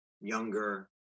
Younger